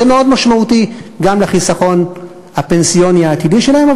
זה מאוד משמעותי גם לחיסכון הפנסיוני העתידי שלהם,